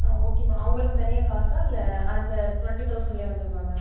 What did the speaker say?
ஆ okay ma'am அவங்களுக்கு தனியாக காசா இல்லை அந்த டுவெண்ட்டி தௌசண்ட்டிலே வந்துடுமா மேம்